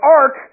ark